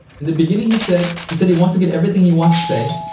in the beginning, he said he said he wants to get everything he wants to say